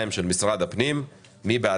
איפה זה